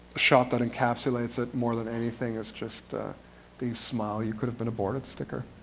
shot that encapsulates it more than anything, is just these smile, you could have been aborted stickers.